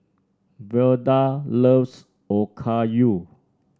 Velda loves Okayu